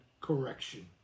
correction